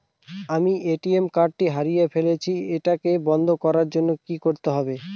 আমি ATM card টি হারিয়ে ফেলেছি এটাকে বন্ধ করার জন্য কি করতে হবে?